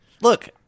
Look